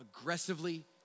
Aggressively